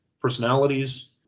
personalities